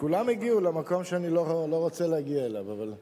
כולם הגיעו למקום שאני לא רוצה להגיע אליו, אבל,